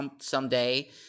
someday